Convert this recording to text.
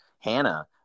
Hannah